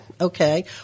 okay